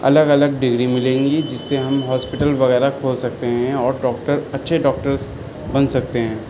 الگ الگ ڈگری ملیں گی جس سے ہم ہاسپٹل وغیرہ کھول سکتے ہیں اور ڈاکٹر اچھے ڈاکٹرس بن سکتے ہیں